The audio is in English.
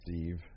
Steve